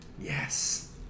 Yes